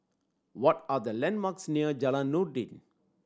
what are the landmarks near Jalan Noordin